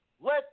Let